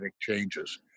changes